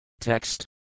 Text